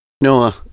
Noah